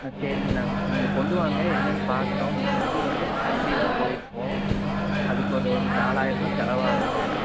ஆ சரிங்க நாங்கள் நீங்கள் கொண்டு வாங்க என்னென்னு பார்க்குறோம் முக்கியம் வந்து பேட்ரி தான் போயிருக்கும் அதுக்கு ஒரு நாலாயிரம் ருபா செலவாகுங்க